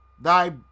thy